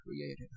created